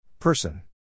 Person